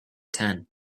ten